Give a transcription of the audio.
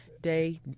day